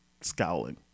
scowling